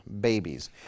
babies